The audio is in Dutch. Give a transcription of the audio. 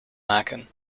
maken